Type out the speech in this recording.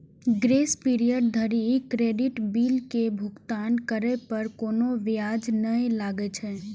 grace period धरि credit bill के भुगतान करै पर कोनो ब्याज नै लागै छै